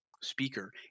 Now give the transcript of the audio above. speaker